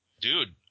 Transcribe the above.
Dude